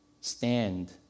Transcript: stand